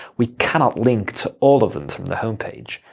we cannot link to all of them from the homepage.